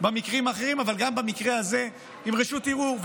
במקרים אחרים, אבל גם במקרה הזה עם רשות ערעור.